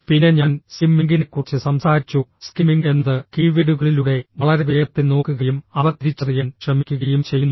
പിന്നെ ഞാൻ സ്കിമ്മിംഗിനെക്കുറിച്ച് സംസാരിച്ചു സ്കിമ്മിംഗ് എന്നത് കീവേഡുകളിലൂടെ വളരെ വേഗത്തിൽ നോക്കുകയും അവ തിരിച്ചറിയാൻ ശ്രമിക്കുകയും ചെയ്യുന്നു